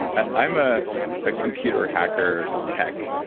i'm a ah computer hacker tech,